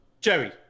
Jerry